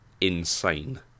insane